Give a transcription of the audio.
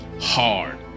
hard